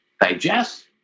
digest